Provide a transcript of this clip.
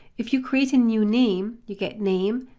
if you create a new name, you get name,